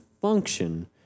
function